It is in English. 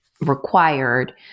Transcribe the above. required